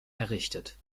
errichtet